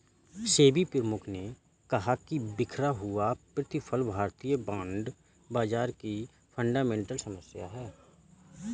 सेबी प्रमुख ने कहा कि बिखरा हुआ प्रतिफल भारतीय बॉन्ड बाजार की फंडामेंटल समस्या है